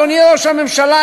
אדוני ראש הממשלה,